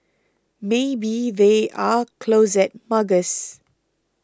maybe they are closet muggers